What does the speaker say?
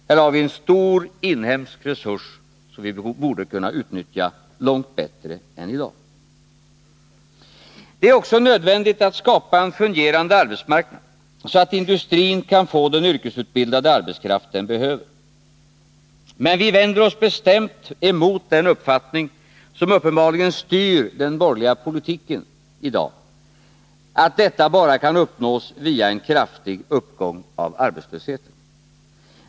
Här har vi en stor inhemsk resurs som vi borde kunna utnyttja långt bättre än i dag. Det är också nödvändigt att skapa en fungerande arbetsmarknad, så att industrin kan få den yrkesutbildade arbetskraft den behöver. Men vi vänder oss bestämt emot den uppfattning som i dag uppenbarligen styr den borgerliga politiken, att detta bara kan uppnås via en kraftig uppgång av arbetslösheten.